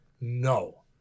No